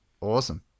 Awesome